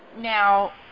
Now